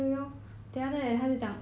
mm